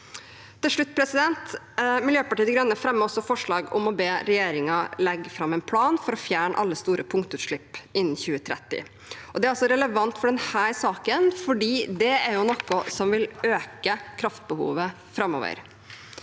Til slutt: Miljøpartiet De Grønne fremmer også forslag om å be regjeringen legge fram en plan for å fjerne alle store punktutslipp innen 2030. Det er også relevant for denne saken fordi det er noe som vil øke kraftbehovet framover.